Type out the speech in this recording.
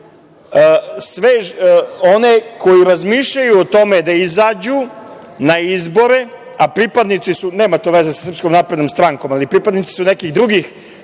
sve one koji razmišljaju o tome da izađu na izbore, a pripadnici su, nema to veze sa SNS, ali pripadnici su nekih drugih